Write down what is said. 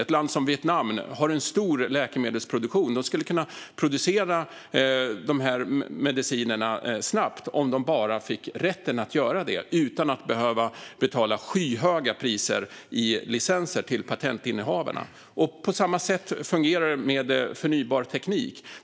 Ett land som Vietnam har en stor läkemedelsproduktion och skulle kunna producera de här medicinerna snabbt om de bara fick rätten att göra det utan att behöva betala skyhöga priser för licenser till patentinnehavarna. På samma sätt fungerar det med förnybar teknik.